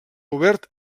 obert